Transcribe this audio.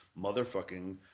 motherfucking